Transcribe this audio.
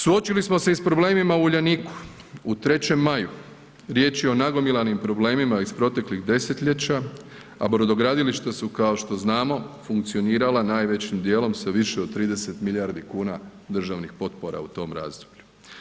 Suočili smo se i sa problemima u Uljaniku, u Trećem maju, riječ je o nagomilanim problemima iz proteklih desetljeća a brodogradilišta su kao što znamo, funkcionirala najvećim djelom sa više od 30 milijardi kuna državnih potpora u tom razdoblju.